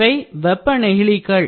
இவை வெப்ப நெகிழிகள்